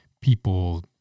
people